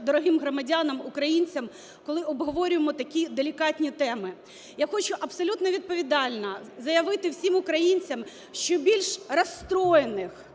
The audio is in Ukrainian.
дорогим громадянам українцям, коли обговорюємо такі делікатні теми. Я хочу абсолютно відповідально заявити всім українцям, що біль розстроєних